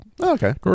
okay